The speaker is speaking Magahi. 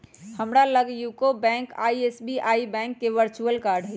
हमरा लग यूको बैंक आऽ एस.बी.आई बैंक के वर्चुअल कार्ड हइ